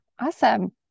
Awesome